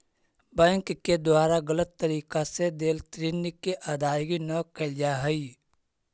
bank के द्वारा गलत तरीका से देल ऋण के अदायगी न कैल जा हइ